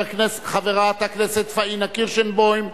חברת הכנסת פניה קירשנבאום,